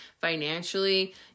financially